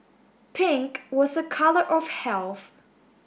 pink was a colour of health